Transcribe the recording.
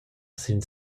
sin